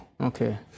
Okay